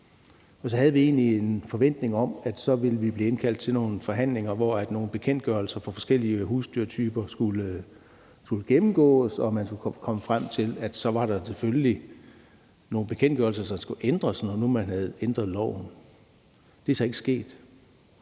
Og så havde vi egentlig en forventning om, at vi ville blive indkaldt til nogle forhandlinger, hvor nogle bekendtgørelser for forskellige husdyrtyper skulle gennemgås, og at man kunne komme frem til, at der så selvfølgelig var nogle bekendtgørelser, der skulle ændres, når nu loven var blevet ændret. Det er så ikke sket,